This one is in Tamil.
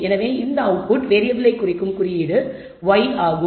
எனவே இந்த அவுட்புட் வேறியபிளை குறிக்கும் குறியீடு y ஆகும்